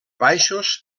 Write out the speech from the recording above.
baixos